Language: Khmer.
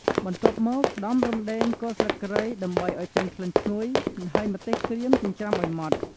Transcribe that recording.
បន្ទាប់មក ដំរំដេង គល់ស្លឹកគ្រៃ ដើម្បីឲ្យចេញក្លិនឈ្ងុយ ហើយម្ទេសក្រៀមចិញ្រ្ចាំឲ្យម៉ត់។